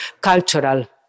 cultural